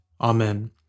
Amen